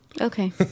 Okay